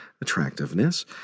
attractiveness